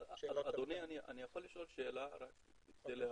ואחר כך ממוצע של התשואה על הקרן בעשור שקדם לאותה שנה,